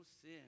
sin